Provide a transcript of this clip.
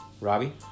Robbie